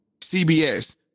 CBS